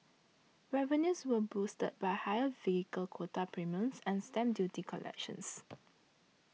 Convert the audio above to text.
revenues were boosted by higher vehicle quota premiums and stamp duty collections